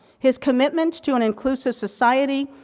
his commitment to an inclusive society,